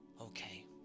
Okay